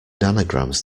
nanograms